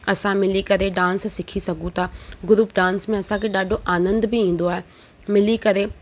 असां मिली करे डांस सिखी सघूं था ग्रूप डांस में असांखे ॾाढो आनंद बि ईंदो आहे मिली करे